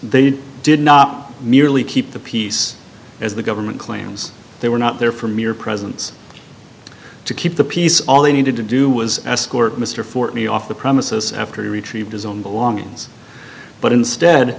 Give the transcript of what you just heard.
they did not merely keep the peace as the government claims they were not there for mere presence to keep the peace all they needed to do was escort mr fort lee off the premises after to retrieve his own belongings but instead